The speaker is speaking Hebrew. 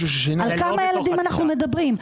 על כמה ילדים אנו מדברים?